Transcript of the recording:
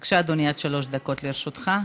בבקשה, אדוני, עד שלוש דקות לרשותך.